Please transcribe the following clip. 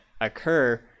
occur